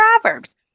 Proverbs